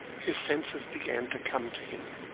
his senses began to come to him,